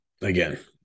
again